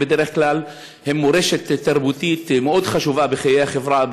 בדרך כלל הם מורשת תרבותית מאוד חשובה בחיי החברה,